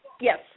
Yes